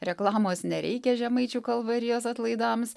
reklamos nereikia žemaičių kalvarijos atlaidams